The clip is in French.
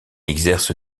exerce